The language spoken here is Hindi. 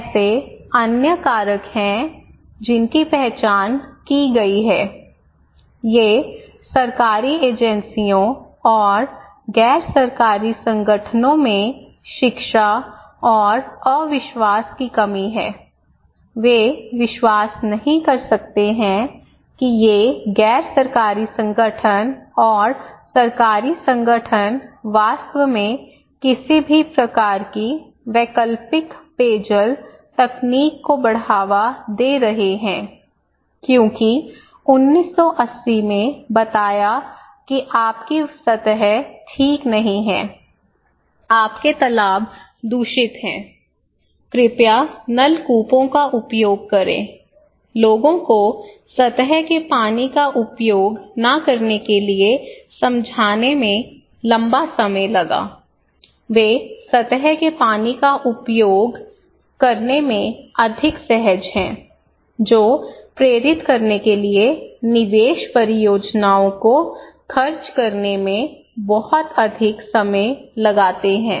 ऐसे अन्य कारक हैं जिनकी पहचान की गई है ये सरकारी एजेंसियों और गैर सरकारी संगठनों में शिक्षा और अविश्वास की कमी है वे विश्वास नहीं कर सकते हैं कि ये गैर सरकारी संगठन और सरकारी संगठन वास्तव में किसी भी प्रकार की वैकल्पिक पेयजल तकनीक को बढ़ावा दे रहे हैं क्योंकि 1980 में बताया कि आपकी सतह ठीक है आपके तालाब दूषित हैं कृपया नलकूपों का उपयोग करें लोगों को सतह के पानी का उपयोग न करने के लिए समझाने में लंबा समय लगा वे सतह के पानी का उपयोग करने में अधिक सहज हैं जो प्रेरित करने के लिए निवेश परियोजनाओं को खर्च करने में बहुत अधिक समय लगाते हैं